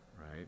right